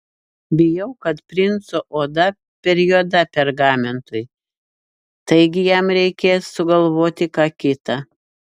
bijau kad princo oda per juoda pergamentui taigi jam reikės sugalvoti ką kita